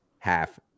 half